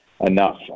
enough